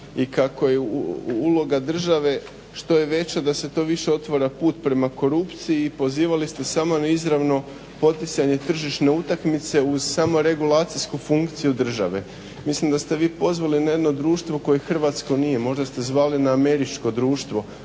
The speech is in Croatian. i kako je uloga države što je veća da se to više otvara put prema korupciji i pozivali ste samo na izravno poticanje tržišne utakmice uz samoregulacijsku funkciju države. Mislim da ste se vi pozvali na jedno društvo koje hrvatsko nije. Možda ste zvali na američko društvo.